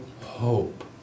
hope